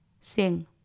Sing